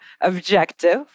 objective